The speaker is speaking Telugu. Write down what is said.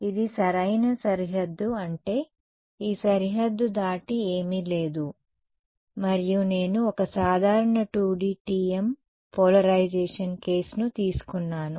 ఇది సరైన సరిహద్దు అంటే ఈ సరిహద్దు దాటి ఏమీ లేదు మరియు నేను ఒక సాధారణ 2D TM పోలరైజేషన్ కేసును తీసుకున్నాను